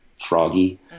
froggy